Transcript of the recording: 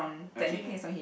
okay